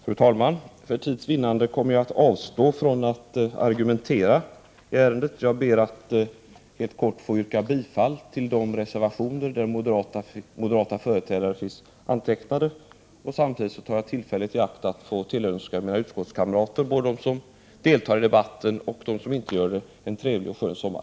Fru talman! För tids vinnande kommer jag att avstå från att argumentera i ärendet. Jag ber att helt kort få yrka bifall till de reservationer där företrädare för moderaterna finns antecknade. Samtidigt tar jag tillfället i akt att tillönska mina utskottskamrater, både dem som deltar i debatten och dem som inte gör det, en trevlig och skön sommar.